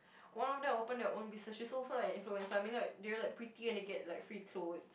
one of them open their own business she's also like an influencer I mean like they were like pretty and they get like free clothes